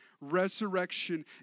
resurrection